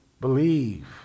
believe